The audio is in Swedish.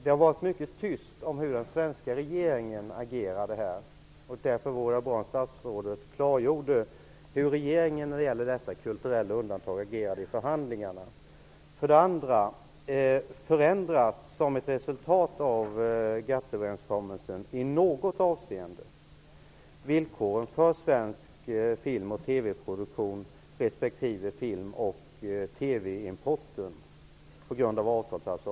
Det har varit mycket tyst om hur den svenska regeringen agerade här. Därför vore det bra om statsrådet klargjorde hur regeringen agerade när det gäller det här kulturella undantaget i förhandlingarna. överenskommelsen, i något avseende villkoren för svensk film och TV-produktion, resp. filmoch TV-import?